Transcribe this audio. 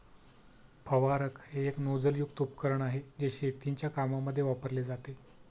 फवारक हे एक नोझल युक्त उपकरण आहे, जे शेतीच्या कामांमध्ये वापरले जाते